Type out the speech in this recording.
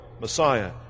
Messiah